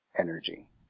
energy